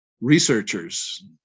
researchers